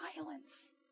violence